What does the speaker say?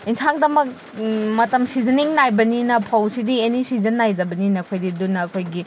ꯑꯦꯁꯥꯡꯇꯃꯛ ꯃꯇꯝ ꯁꯤꯖꯅꯤꯡ ꯅꯥꯏꯕꯅꯤꯅ ꯐꯧꯁꯤꯗꯤ ꯑꯦꯅꯤ ꯁꯤꯖꯟ ꯅꯥꯏꯗꯕꯅꯤꯅ ꯑꯩꯈꯣꯏꯗꯤ ꯑꯗꯨꯅ ꯑꯩꯈꯣꯏꯒꯤ